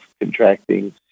contracting